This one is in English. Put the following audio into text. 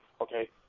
Okay